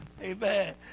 Amen